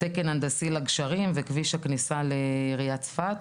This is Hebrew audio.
תקן הנדסי לגשרים וכביש הכניסה לעיריית צפת.